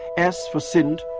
s for sind,